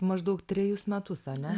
maždaug trejus metus ane